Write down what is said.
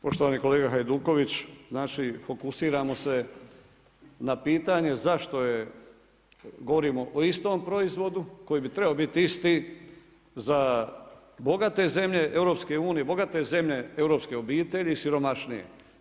Poštovani kolega Hajduković, znači fokusiramo se na pitanje zašto je govorimo o istom proizvodu, koji bi trebao biti isti, za bogate zemlje EU, bogate zemlje europske obitelji, siromašnije.